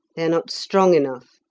they are not strong enough.